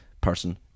person